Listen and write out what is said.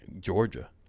Georgia